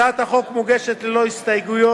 הצעת החוק מוגשת ללא הסתייגויות,